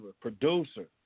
producer